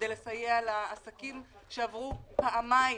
כדי לסייע לעסקים שעברו פעמיים